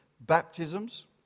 Baptisms